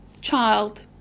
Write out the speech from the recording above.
child